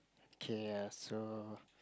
okay ya so